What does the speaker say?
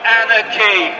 anarchy